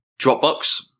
Dropbox